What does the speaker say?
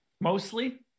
Mostly